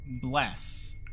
Bless